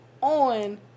on